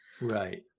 right